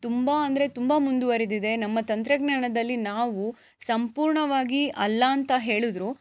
ತುಂಬ ಅಂದರೆ ತುಂಬ ಮುಂದುವರೆದಿದೆ ನಮ್ಮ ತಂತ್ರಜ್ಞಾನದಲ್ಲಿ ನಾವು ಸಂಪೂರ್ಣವಾಗಿ ಅಲ್ಲ ಅಂತ ಹೇಳಿದ್ರೂ